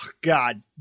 god